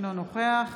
אינו נוכח